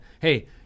hey